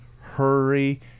hurry